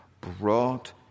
brought